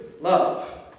love